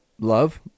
love